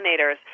pollinators